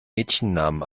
mädchennamen